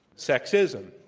sexism.